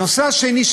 הנושא השני,